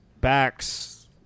backs